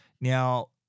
Now